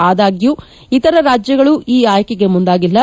ಆದಾಗ್ಕೂ ಇತರ ರಾಜ್ಯಗಳು ಈ ಆಯ್ಕೆಗೆ ಮುಂದಾಗಿಲ್ಲ